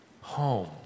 home